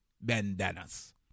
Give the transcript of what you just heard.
bandanas